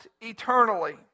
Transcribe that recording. eternally